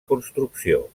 construcció